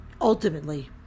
Ultimately